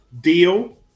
deal